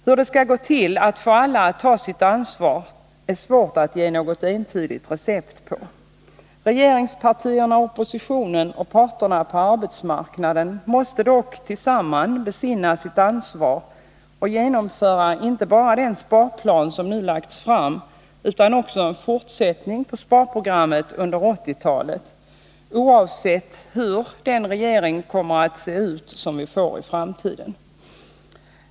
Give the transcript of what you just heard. Hur det skall gå till att få alla att ta sitt ansvar är svårt att ge något entydigt recept på. Regeringspartierna, oppositionen och parterna på arbetsmarknaden måste dock tillsammans besinna sitt ansvar och genomföra inte bara den sparplan som nu lagts fram utan också en fortsättning på sparprogrammet under 1980-talet, oavsett hur den regering som vi får i framtiden kommer att se ut.